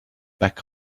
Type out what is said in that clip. back